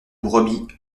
brebis